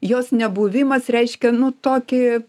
jos nebuvimas reiškia nu tokį